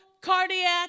cardiac